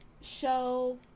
show